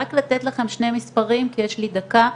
רק לתת לכם שני מספרים, כי יש לי דקה.